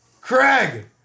Craig